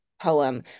poem